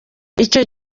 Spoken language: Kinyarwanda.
icyo